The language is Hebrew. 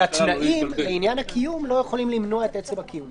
שהתנאים לעניין הקיום לא יכולים למנוע את עצם הקיום.